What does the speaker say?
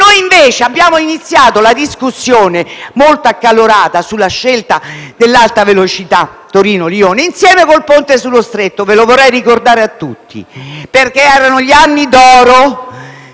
Noi invece abbiamo iniziato una discussione molto accalorata in merito all'Alta velocità Torino-Lione insieme a quella sul Ponte sullo Stretto: vorrei ricordarlo a tutti, perché erano gli anni d'oro